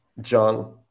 John